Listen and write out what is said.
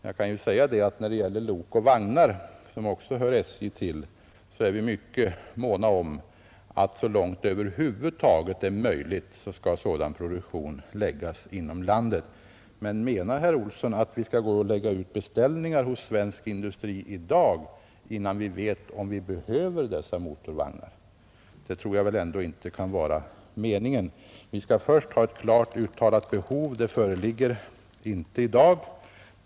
Jag kan säga att när det gäller lok och vagnar, så är vi mycket måna om att så långt det över huvud taget är möjligt skall sådan produktion ske inom landet. Men menar herr Olsson att vi skulle lägga ut beställningar hos svensk industri i dag, innan vi vet om vi behöver dessa motorvagnar? Det kan väl ändå inte vara meningen. Vi skall först ha ett klart uttalat behov. Det föreligger inte i dag.